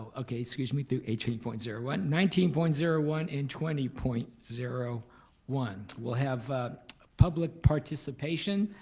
okay, excuse me, through eighteen point zero one, nineteen point zero one, and twenty point zero one. we'll have public participation